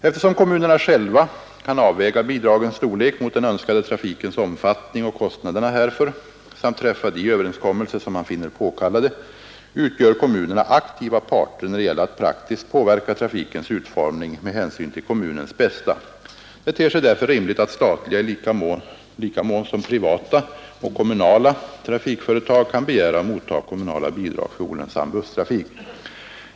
Eftersom kommunerna själva kan avväga bidragens storlek mot den önskade trafikens omfattning och kostnaderna härför samt träffa de överenskommelser som man finner påkallade, utgör kommunerna aktiva parter när det gäller att praktiskt påverka trafikens utformning med hänsyn till kommunens bästa. Det ter sig därför rimligt att statliga — i lika mån som privata och kommunala trafikföretag — kan begära och mottaga kommunala bidrag för olönsam busstrafik.